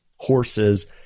horses